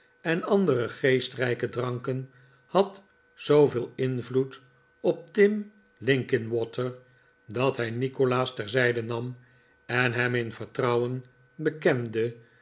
en andere geestrijke dranken had zooveel invloed op tim linkinwater dat hij nikolaas terzijde nam en hem in vertrouwen bekende